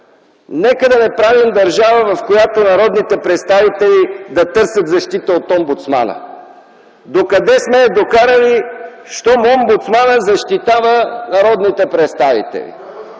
Нека да не правим държава, в която народните представители да търсят защита от омбудсмана! Докъде сме я докарали, щом омбудсманът защитава народните представители?!